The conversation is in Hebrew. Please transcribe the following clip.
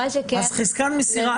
זה נועד לשפר את התקשורת של